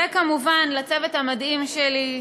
וכמובן לצוות המדהים שלי,